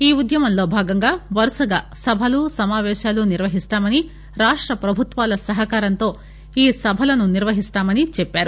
ఈ ఉద్యమంలో భాగంగా వరుసగా సభలు సమాపేశాలను నిర్వహిస్తామని రాష్ట ప్రభుత్వాల సహకారంతో ఈ సభలను నిర్వహిస్తామని చెప్పారు